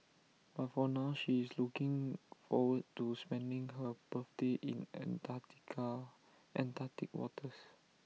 but for now she is looking forward to spending her birthday in Antarctica Antarctic waters